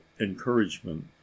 encouragement